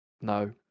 no